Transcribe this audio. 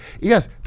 Yes